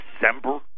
December